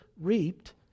reaped